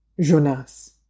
Jonas